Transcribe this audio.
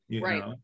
Right